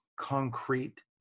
concrete